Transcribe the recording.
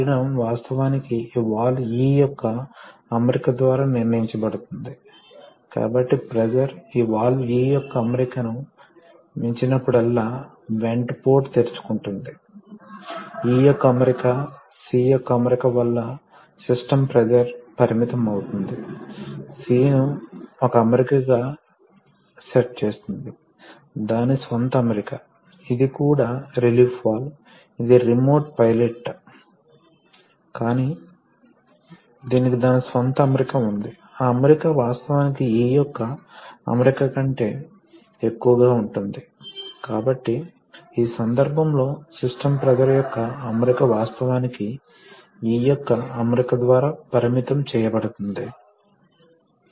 ఉదాహరణకు ఇది పంపు మరియు ఇది మోటారుగా ఉండాలి కాబట్టి పంపు ప్రెషర్ ను సృష్టిస్తుంది ఇది మోటారును కదిలించే కదలికను సృష్టిస్తుంది కాబట్టి కొన్ని లైన్స్ ఉన్నాయి అవి మీరు చూస్తారు ఫార్మ్ లైన్స్ గా చూపబడ్డాయి దీని ద్వారా వాస్తవ ద్రవం ప్రవహిస్తుంది మరియు పవర్ ని ప్రసారం చేస్తుంది వాటిని వర్కింగ్ లైన్స్ అంటారుఅప్పుడు కొన్నిసార్లు మీరు వివిధ పాయింట్ల వద్ద కొన్ని అదనపు ప్రెషర్స్ ను సృష్టించాలి కాబట్టి అవి నియంత్రణ కోసంఅవి పవర్ ని ప్రసారం చేయడానికి కాదు దిశను నియంత్రించడానికి కొన్నిసార్లు ప్రెషర్ ని విడుదల చేస్తాయి కాబట్టి వేర్వేరు పాయింట్లు వద్ద ప్రెషర్ ని సృష్టించాలి కొన్నిసార్లు మీరు ప్రత్యేక లైన్లు ఉపయోగించాల్సి ఉంటుంది మరియు ఈ లైన్ల లను పైలట్ లైన్లు అంటారు